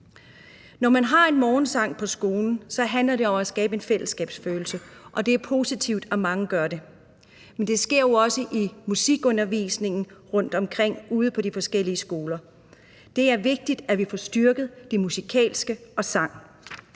Når man har morgensang på skolen, handler det om at skabe en fællesskabsfølelse, og det er positivt, og mange gør det. Det sker jo også i musikundervisningen rundtomkring ude på de forskellige skoler. Det er vigtigt, at vi får styrket det musikalske og sangen.